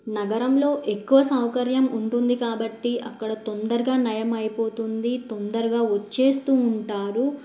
నగరంలో ఎక్కువ సౌకర్యం ఉంటుంది కాబట్టి అక్కడ తొందరగా నయం అయిపోతుంది తొందరగా వచ్చేస్తూ ఉంటారు